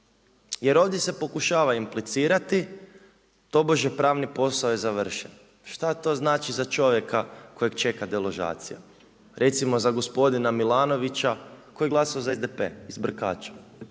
Jer ovdje se pokušava implicirati tobože pravni posao je završen. Šta to znači za čovjeka kojeg čega deložacija, recimo za gospodina Milanovića koji je glasao za SDP iz Brkača?